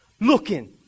looking